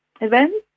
events